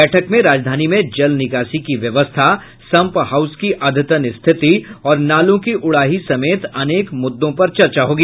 बैठक में राजधानी में जल निकासी की व्यवस्था सम्प हाउस की अद्यतन स्थिति और नालों की उड़ाही समेत अनेक मुद्दों पर चर्चा होगी